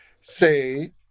say